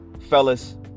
fellas